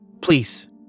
Please